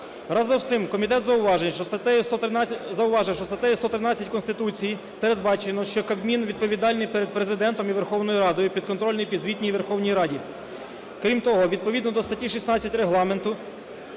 Разом з тим, комітет зауважує… зауважив, що статтею 113 Конституції передбачено, що Кабмін відповідальний перед Президентом і Верховною Радою, підконтрольний і підзвітний Верховній Раді. Крім того, відповідно до статті 16 Регламенту,